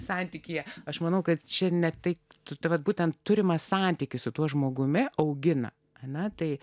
santykyje aš manau kad čia ne tai tu tai vat būtent turimą santykį su tuo žmogumi augina ana tai